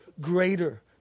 Greater